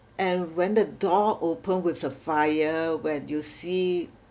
and when the door open with the fire when you see